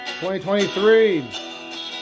2023